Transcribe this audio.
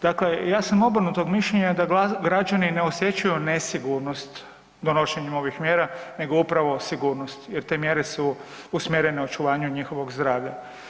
Dakle, ja sam obrnutog mišljenja da građani ne osjećaju nesigurnost donošenjem ovih mjera nego upravo sigurnost jer te mjere su usmjerene očuvanju njihovog zdravlja.